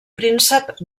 príncep